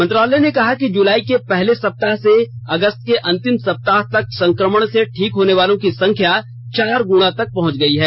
मंत्रालय ने कहा कि जुलाई के पहले सप्ताह से अगस्त के अंतिम सप्ताह तक संक्रमण र्से ठीक होने वालों की संख्या चार गुणा तक पहंच गई है